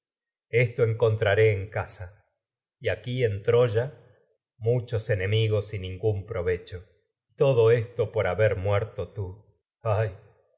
esto encontraré casa y aquí y en troya esto muchos enemigos y ningún prove cho todo por haber muerto tú esa ay